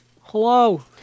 hello